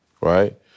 right